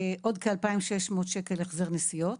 עוד כ-2,600 שקל החזר נסיעות.